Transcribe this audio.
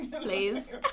please